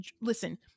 Listen